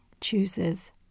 chooses